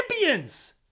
champions